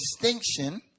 distinction